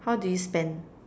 how do you spend